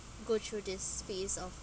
go through this phase of